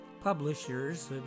publishers